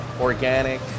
organic